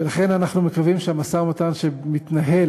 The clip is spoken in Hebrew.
ולכן אנחנו מקווים שהמשא-ומתן שמתנהל